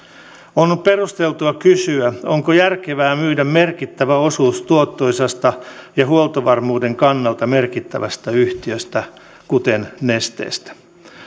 on perusteltua kysyä onko järkevää myydä merkittävä osuus tuottoisasta ja huoltovarmuuden kannalta merkittävästä yhtiöstä kuten nesteestä